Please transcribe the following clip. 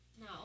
No